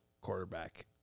quarterback